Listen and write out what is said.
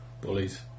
bullies